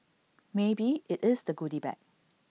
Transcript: maybe IT is the goody bag